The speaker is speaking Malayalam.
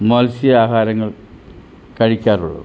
മത്സ്യ ആഹാരങ്ങൾ കഴിക്കാറുള്ളത്